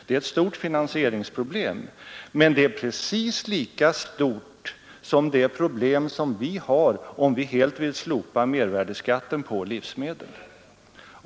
Det är ett stort finansieringsproblem, men det är precis lika stort som det vi har om vi helt vill slopa mervärdeskatten på livsmedel.